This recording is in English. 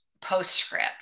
postscript